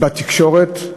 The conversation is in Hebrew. בתקשורת,